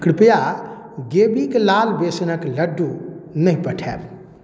कृपया गेबीके लाल बेसनके लड्डू नहि पठाएब